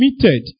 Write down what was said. committed